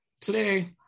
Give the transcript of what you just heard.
today